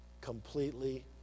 Completely